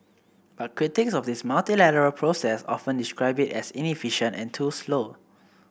but critics of this multilateral process often describe it as inefficient and too slow